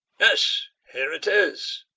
yes, here it is!